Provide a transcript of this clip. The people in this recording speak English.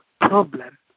problem